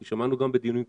כי שמענו גם בדיונים קודמים,